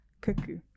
cuckoo